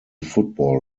football